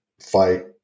fight